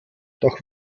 doch